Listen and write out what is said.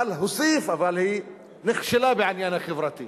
אבל הוסיף: אבל היא נכשלה בעניין החברתי.